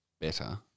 better